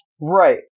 Right